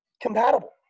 compatible